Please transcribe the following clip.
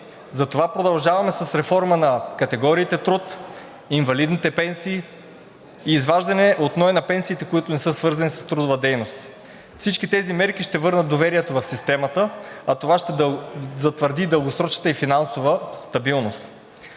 Затова продължаваме с реформа на категориите труд, инвалидните пенсии и изваждане от НОИ на пенсиите, които не са свързани с трудовата дейност. Всички тези мерки ще върнат доверието в системата, а това ще затвърди дългосрочната финансова стабилност.